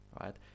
right